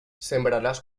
sembraràs